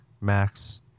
Max